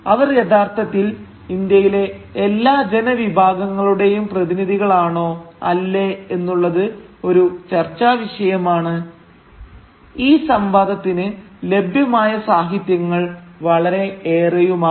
അവർ യഥാർത്ഥത്തിൽ ഇന്ത്യയിലെ എല്ലാ ജനവിഭാഗങ്ങളുടെയും പ്രതിനിധികളാണോ അല്ലേ എന്നുള്ളത് ഒരു ചർച്ചാ വിഷയമാണ് ഈ സംവാദത്തിന് ലഭ്യമായ സാഹിത്യങ്ങൾ വളരെ ഏറെയുമാണ്